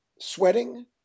sweating